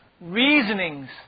reasonings